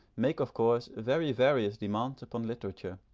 make, of course, very various demands upon literature.